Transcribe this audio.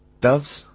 doves,